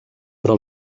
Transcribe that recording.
però